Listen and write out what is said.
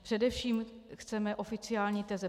Především chceme oficiální teze.